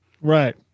Right